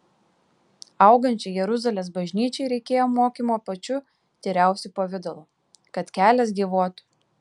augančiai jeruzalės bažnyčiai reikėjo mokymo pačiu tyriausiu pavidalu kad kelias gyvuotų